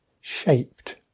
shaped